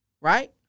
right